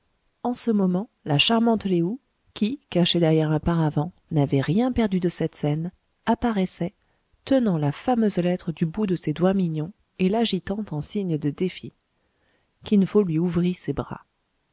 en ce moment la charmante lé ou qui cachée derrière un paravent n'avait rien perdu de cette scène apparaissait tenant la fameuse lettre du bout de ses doigts mignons et l'agitant en signe de défi kin fo lui ouvrit ses bras